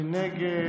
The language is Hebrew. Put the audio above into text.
מי נגד?